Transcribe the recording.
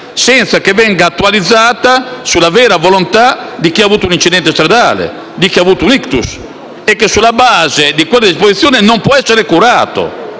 senza che venga attualizzata sulla vera volontà di chi, ad esempio, ha avuto un incidente stradale o un ictus e che, sulla base di quella disposizione, non può essere curato,